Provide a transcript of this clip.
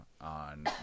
on